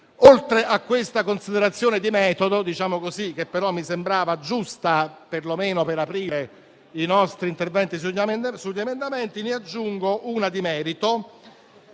Oltre a questa considerazione di metodo, che però mi sembrava giusta, perlomeno per aprire i nostri interventi sugli emendamenti, ne aggiungo una di merito.